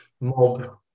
mob